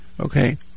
Okay